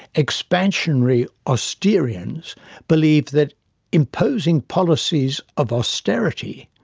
expansionary austerians believe that imposing policies of austerity,